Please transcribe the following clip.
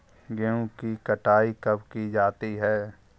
गेहूँ की कटाई कब की जाती है?